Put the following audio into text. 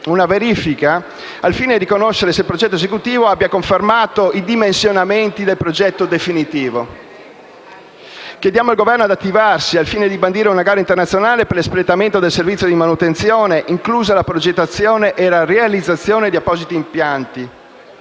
una verifica, al fine di conoscere se il progetto esecutivo abbia confermato i dimensionamenti del progetto definitivo. Chiediamo inoltre al Governo di attivarsi al fine di bandire una gara internazionale per l'espletamento del servizio di manutenzione, inclusa la progettazione e la realizzazione di appositi impianti.